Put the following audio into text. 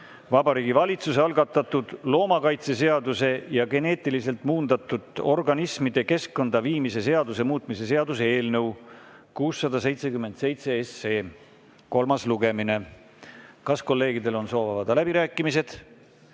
Vabariigi Valitsuse algatatud loomakaitseseaduse ja geneetiliselt muundatud organismide keskkonda viimise seaduse muutmise seaduse eelnõu 677 kolmas lugemine. Kas kolleegidel on soovi avada läbirääkimised?